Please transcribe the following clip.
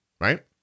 Right